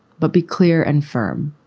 but be clear and firm.